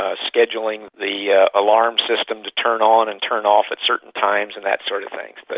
ah scheduling the alarm system to turn on and turn off at certain times and that sort of thing. but